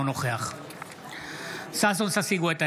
אינו נוכח ששון ששי גואטה,